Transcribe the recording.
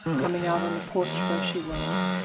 coming out on the porch where she was.